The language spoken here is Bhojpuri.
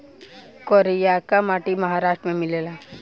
करियाका माटी महाराष्ट्र में मिलेला